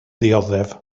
dioddef